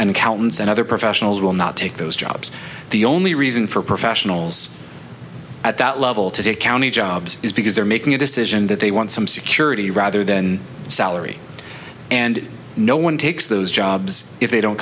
and accountants and other professionals will not take those jobs the only reason for professionals at that level to take county jobs is because they're making a decision that they want some security rather than salary and no one takes those jobs if they don't